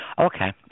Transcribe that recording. Okay